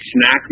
Snack